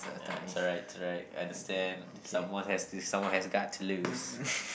nah it's all right it's all right I understand someone has to someone has got to lose